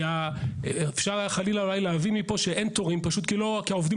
כי אפשר חלילה להבין שאין תורים כי העובדים